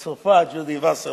הצופה, ג'ודי וסרמן.